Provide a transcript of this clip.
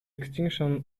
extinction